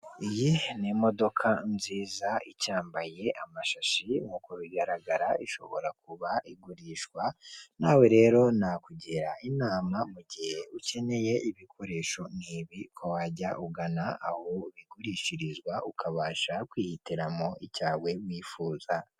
iyi ni imodoka nziza icyambaye amashashi nkuko bigaragara, ishobora kuba igurishwa nawe rero nakugira inama mu gihe ukeneye ibikoresho nk'ibi wajya ugana aho bigurishirizwa ukabasha kwihitiramo icyawe wifuza.